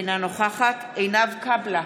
אינה נוכחת עינב קאבלה,